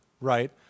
right